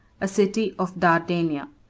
a city of dardania.